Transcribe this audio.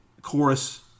Chorus